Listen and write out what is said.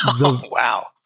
Wow